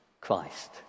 Christ